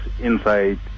inside